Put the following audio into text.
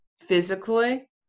physically